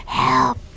help